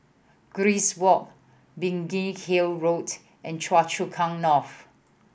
Grace Walk Biggin Hill Road and Choa Chu Kang North